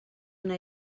una